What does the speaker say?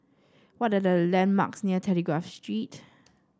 what are the landmarks near Telegraph Street